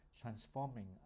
transforming